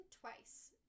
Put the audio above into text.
twice